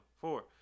four